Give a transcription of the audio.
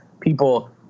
people